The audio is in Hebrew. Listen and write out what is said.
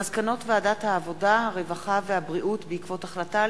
כ"ז באייר תשע"א,